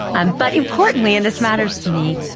and but importantly, and this matters to me,